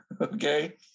Okay